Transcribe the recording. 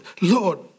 Lord